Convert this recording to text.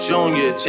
Junior